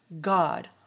God